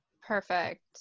Perfect